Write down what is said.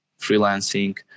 freelancing